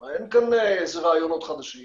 אין כאן איזה רעיונות חדשים